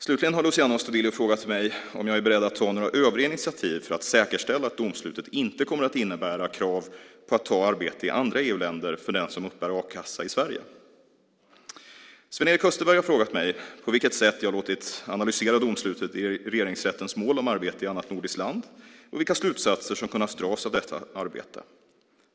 Slutligen har Luciano Astudillo frågat mig om jag är beredd att ta några övriga initiativ för att säkerställa att domslutet inte kommer att innebära krav på att ta arbete i andra EU-länder för den som uppbär a-kassa i Sverige. Sven-Erik Österberg har frågat mig på vilket sätt jag har låtit analysera domslutet i Regeringsrättens mål om arbete i annat nordiskt land och vilka slutsatser som kunnat dras av detta arbete.